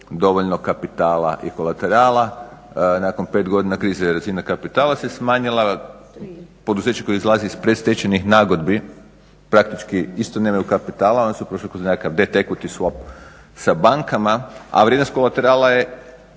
dovoljno kapitala i kolaterala. Nakon 5 godina krize razina kapitala se smanjila, poduzeće koje izlazi iz predstečajnih nagodbi praktički isto nemaju kapitala. Oni su prošli kroz nekakav detekući sklop sa bankama, a vrijednost kolaterala je